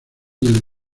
del